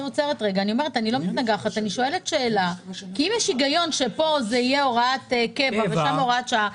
יש היגיון שפה תהיה הוראת קבע ושם הוראת שעה,